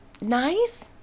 nice